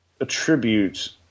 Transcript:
attribute